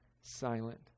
silent